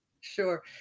Sure